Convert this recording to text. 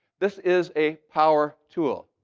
this is a power tool.